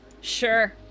Sure